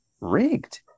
rigged